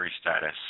status